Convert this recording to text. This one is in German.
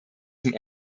zum